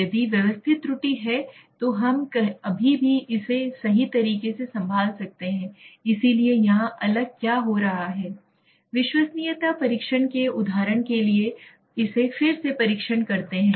यदि व्यवस्थित त्रुटि है तो हम अभी भी इसे सही तरीके से संभाल सकते हैं इसलिए यहां अलग क्या हो रहा है विश्वसनीयता परीक्षण के उदाहरण के लिए इसे फिर से परीक्षण करते हैं